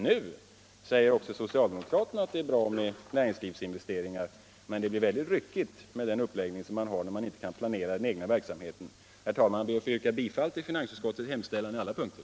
Nu säger också socialdemokraterna att det är bra med näringslivsinvesteringar, men det blir väldigt ryckigt med den uppläggning som är en följd av att man inte kan planera den egna verksamheten. Herr talman! Jag ber att få yrka bifall till finansutskottets hemställan på alla punkter.